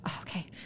Okay